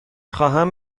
خواهم